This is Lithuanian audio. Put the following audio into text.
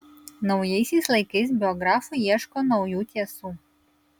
naujaisiais laikais biografai ieško naujų tiesų